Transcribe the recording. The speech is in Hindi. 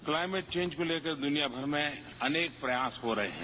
क्लाइमेट चेंज को लेकर द्रनियाभर में अनेक प्रयास हो रहे हैं